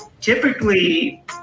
Typically